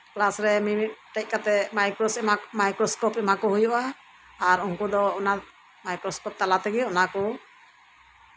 ᱠᱮᱞᱟᱥᱨᱮ ᱢᱤᱼᱢᱤᱫᱴᱮᱡ ᱠᱟᱛᱮᱜ ᱢᱟᱭᱠᱳᱨᱳᱥᱠᱳᱯ ᱮᱢᱟ ᱠᱚ ᱦᱩᱭᱩᱜᱼᱟ ᱟᱨ ᱩᱱᱠᱩ ᱫᱚ ᱢᱟᱭᱠᱨᱳᱥᱠᱳᱯ ᱛᱟᱞᱟᱛᱮ ᱚᱱᱟ ᱠᱚ